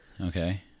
Okay